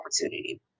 opportunity